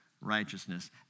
righteousness